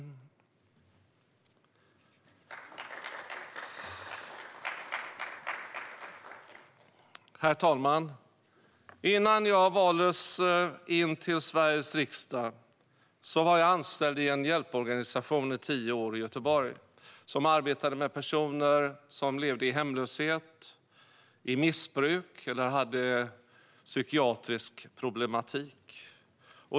Herr talman! Innan jag valdes in till Sveriges riksdag var jag under tio år anställd i en hjälporganisation i Göteborg som arbetade med personer som levde i hemlöshet eller missbruk eller hade psykiatrisk problematik.